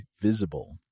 Visible